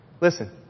Listen